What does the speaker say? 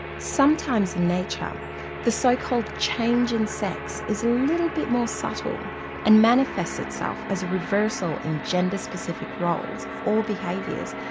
sometimes in nature the so-called change in sex is a little bit more subtle and manifests itself as a reversal in gender specific roles or behaviours,